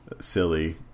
silly